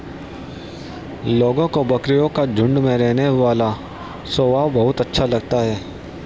लोगों को बकरियों का झुंड में रहने वाला स्वभाव बहुत अच्छा लगता है